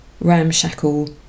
ramshackle